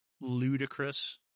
ludicrous